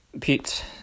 Pete